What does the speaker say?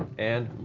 and